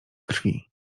krwi